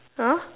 !huh!